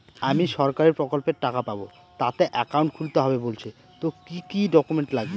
আমি সরকারি প্রকল্পের টাকা পাবো তাতে একাউন্ট খুলতে হবে বলছে তো কি কী ডকুমেন্ট লাগবে?